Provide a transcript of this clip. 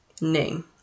name